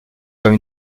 comme